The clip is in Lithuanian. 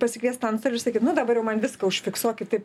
pasikviest antstolį ir sakyt nu dabar jau man viską užfiksuokit taip